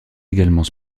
également